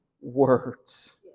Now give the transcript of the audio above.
words